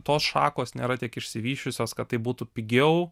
tos šakos nėra tiek išsivysčiusios kad tai būtų pigiau